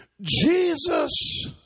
Jesus